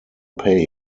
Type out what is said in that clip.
pay